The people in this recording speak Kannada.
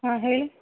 ಹಾಂ ಹೇಳಿ